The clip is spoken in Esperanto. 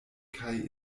kaj